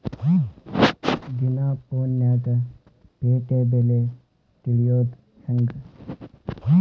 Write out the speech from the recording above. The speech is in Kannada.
ದಿನಾ ಫೋನ್ಯಾಗ್ ಪೇಟೆ ಬೆಲೆ ತಿಳಿಯೋದ್ ಹೆಂಗ್?